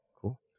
Cool